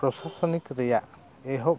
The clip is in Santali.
ᱯᱨᱚᱥᱟᱥᱚᱱᱤᱠ ᱨᱮᱭᱟᱜ ᱮᱦᱚᱵ